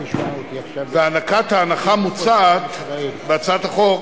והענקת ההנחה המוצעת בהצעת החוק